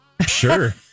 Sure